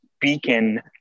beacon